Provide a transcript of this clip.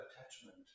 attachment